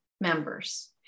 members